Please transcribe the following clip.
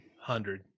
hundred